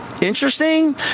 interesting